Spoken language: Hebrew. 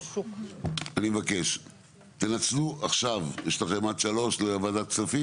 יש לכם עד 15:00,